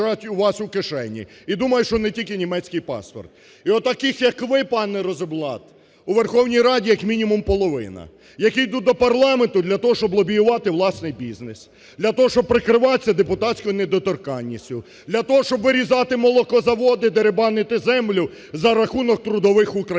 і думаю, що не тільки німецький паспорт. І отаких як ви, пане Розенблат, у Верховній Раді як мінімум половина, які йдуть до парламенту для того, щоб лобіювати власний бізнес, для того, щоб прикриватися депутатською недоторканністю, для того, щоб вирізати молокозаводи, дерибанити землю за рахунок трудових українців.